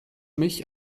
mich